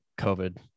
COVID